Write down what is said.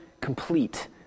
complete